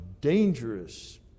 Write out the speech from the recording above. dangerous